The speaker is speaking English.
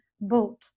boat